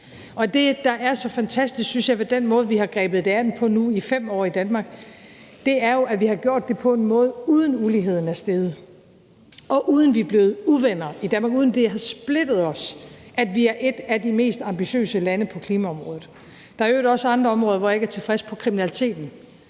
nu i 5 år i Danmark, er jo, at vi har gjort det på en måde, uden at uligheden er steget, og uden at vi er blevet uvenner i Danmark – uden at de har splittet os, at vi er et af de mest ambitiøse lande på klimaområdet. Der er i øvrigt også andre områder, hvor jeg ikke er tilfreds: på kriminalitetsområdet.